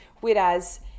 Whereas